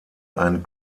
ein